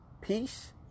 Peace